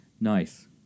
nice